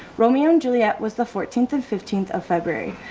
romeo and juliet was the fourteenth and fifteenth of february,